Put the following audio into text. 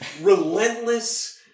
relentless